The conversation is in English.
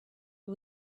who